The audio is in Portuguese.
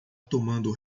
tomando